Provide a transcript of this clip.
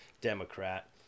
Democrat